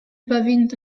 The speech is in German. überwiegend